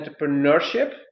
entrepreneurship